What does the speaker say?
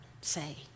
say